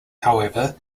however